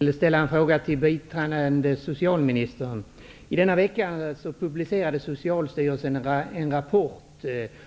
Herr talman! Jag vill ställa en fråga till biträdande socialminister Bo Könberg. I denna vecka publicerade Socialstyrelsen en rapport